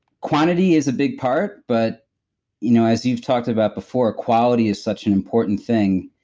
quantity is a big part, but you know as you've talked about before, quality is such an important thing.